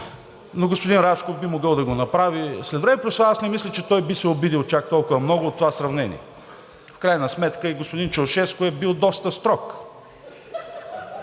но господин Рашков би могъл да го направи. Аз не мисля, че той би се обидил чак толкова много от това сравнение. В крайна сметка и господин Чаушеску е бил доста строг